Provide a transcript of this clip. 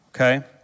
okay